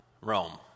Rome